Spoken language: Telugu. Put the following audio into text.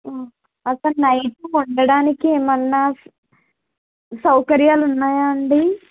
అక్కడ ఇప్పుడు ఉండడానికి ఏమైనా సౌకర్యాలు ఉన్నాయా అండి